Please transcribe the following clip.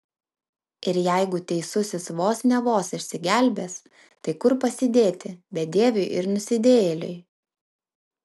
ir jeigu teisusis vos ne vos išsigelbės tai kur pasidėti bedieviui ir nusidėjėliui